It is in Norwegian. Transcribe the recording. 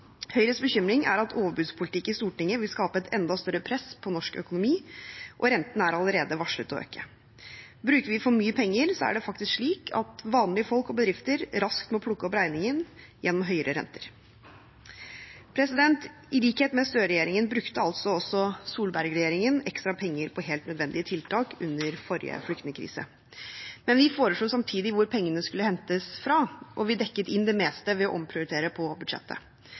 Høyres bekymring er at overbudspolitikk i Stortinget vil skape et enda større press på norsk økonomi. Rentene er allerede varslet å øke. Bruker vi for mye penger, er det faktisk slik at vanlige folk og bedrifter raskt må plukke opp regningen gjennom høyere renter. I likhet med Støre-regjeringen brukte altså Solberg-regjeringen ekstra penger på helt nødvendige tiltak under forrige flyktningkrise. Men vi foreslo samtidig hvor pengene skulle hentes fra, og vi dekket inn det meste ved å omprioritere på budsjettet.